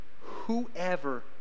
Whoever